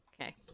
Okay